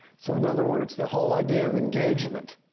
so, in other words, the whole idea of engagement